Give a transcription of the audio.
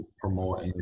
promote